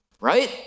right